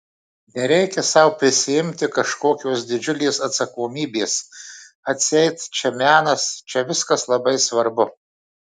nereikia sau prisiimti kažkokios didžiulės atsakomybės atseit čia menas čia viskas labai svarbu